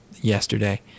yesterday